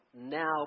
now